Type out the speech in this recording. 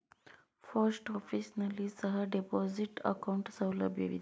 post office ನಲ್ಲಿ ಸಹ deposit account ಸೌಲಭ್ಯವಿದೆ